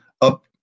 up